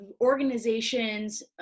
organizations